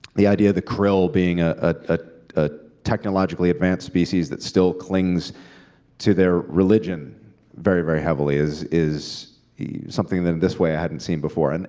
the idea of the krill being ah ah a technologically advanced species that still clings to their religion very, very heavily is is yeah something that this way i hadn't seen before. and